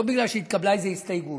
לא בגלל שהתקבלה איזו הסתייגות.